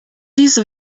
diese